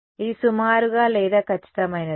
ఇది సుమారుగా లేదా ఖచ్చితమైనదా